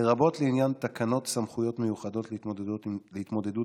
לרבות לעניין תקנות סמכויות מיוחדות להתמודדות